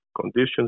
conditions